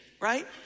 right